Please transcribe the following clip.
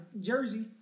Jersey